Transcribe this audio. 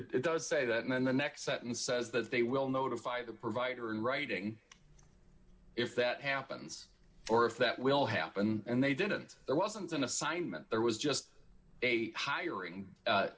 does say that and then the next sentence says that they will notify the provider in writing if that happens or if that will happen and they didn't there wasn't an assignment there was just a hiring